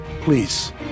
Please